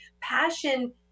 Passion